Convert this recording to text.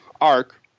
arc –